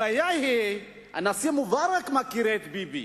הבעיה היא, הנשיא מובארק מכיר את ביבי.